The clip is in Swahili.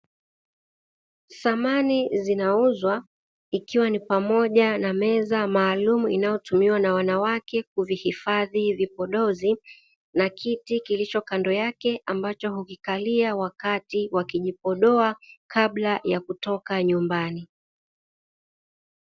Samani zinauzwa ikiwa ni pamoja na meza maalumu inayotumiwa na wanawake kuvihifadhi vipodozi na kiti kilicho kando yake ambacho hukikalia wakati wakijipodoa kabla ya kutoka nyumbani.